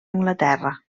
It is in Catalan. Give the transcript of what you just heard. anglaterra